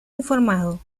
informado